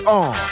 on